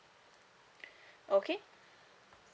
okay